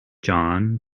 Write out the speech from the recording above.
john